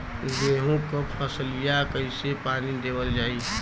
गेहूँक फसलिया कईसे पानी देवल जाई?